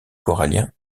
corallien